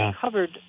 covered